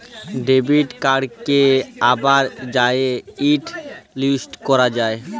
debit কাড়কে আবার যাঁয়ে হটলিস্ট ক্যরা যায়